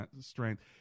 strength